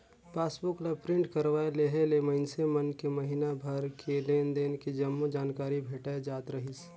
passbook ला print करवाये लेहे ले मइनसे मन के महिना भर के लेन देन के जम्मो जानकारी भेटाय जात रहीस